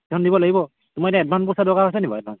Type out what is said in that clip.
সেইখন দিব লাগিব তোমাৰ এতিয়া এডভাঞ্চ পইচা দৰকাৰ হৈছে নি বাৰু এডভাঞ্চ